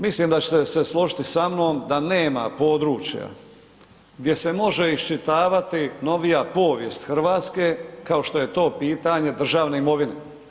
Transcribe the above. Mislim da ćete se složiti sa mnom da nema područja gdje se može iščitavati novija povijest Hrvatske kao što je to pitanje državne imovine.